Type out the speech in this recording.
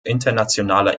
internationaler